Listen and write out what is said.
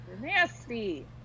Nasty